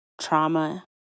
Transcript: trauma